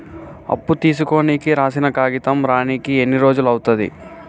అప్పు తీసుకోనికి రాసిన కాగితం రానీకి ఎన్ని రోజులు అవుతది?